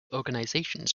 organisations